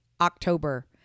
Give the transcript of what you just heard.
October